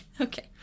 Okay